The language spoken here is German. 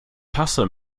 tasse